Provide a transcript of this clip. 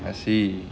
I see